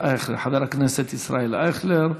חבר הכנסת ישראל אייכלר,